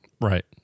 Right